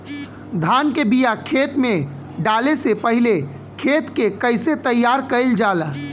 धान के बिया खेत में डाले से पहले खेत के कइसे तैयार कइल जाला?